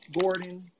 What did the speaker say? Gordon